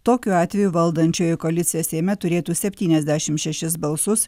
tokiu atveju valdančioji koalicija seime turėtų septyniasdešimt šešis balsus